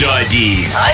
ideas